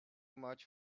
much